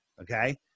okay